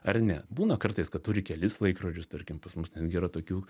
ar ne būna kartais kad turi kelis laikrodžius tarkim pas mus netgi yra tokių